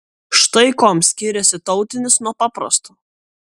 štai kuom skiriasi tautinis nuo paprasto